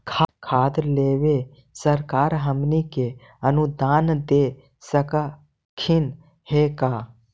खाद लेबे सरकार हमनी के अनुदान दे सकखिन हे का?